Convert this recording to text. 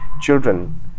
children